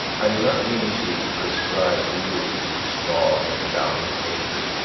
i do not mean to prescribe rules to strong and valiant natures,